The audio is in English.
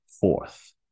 fourth